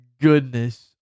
goodness